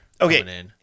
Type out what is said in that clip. okay